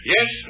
Yes